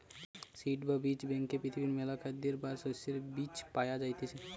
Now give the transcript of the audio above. seed বা বীজ ব্যাংকে পৃথিবীর মেলা খাদ্যের বা শস্যের বীজ পায়া যাইতিছে